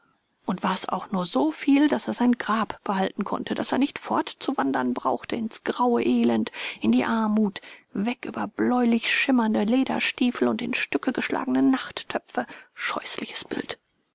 und war's auch nur so viel daß er sein grab behalten konnte daß er nicht fort zu wandern brauchte ins graue elend in die armut weg über bläulich schimmernde lederstiefel und in stücke geschlagene nachttöpfe scheußliches bild